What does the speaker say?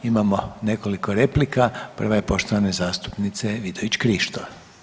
Imamo nekoliko replika, prva je poštovane zastupnice Vidović Krišto.